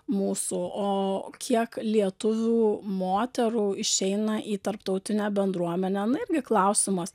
mūsų o kiek lietuvių moterų išeina į tarptautinę bendruomenę na irgi klausimas